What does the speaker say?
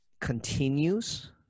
continues